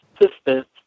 assistant